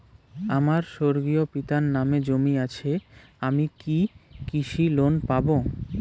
আমার স্বর্গীয় পিতার নামে জমি আছে আমি কি কৃষি লোন পাব?